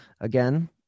again